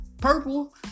purple